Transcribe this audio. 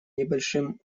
небольшим